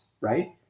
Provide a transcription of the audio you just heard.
right